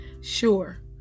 Sure